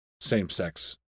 same-sex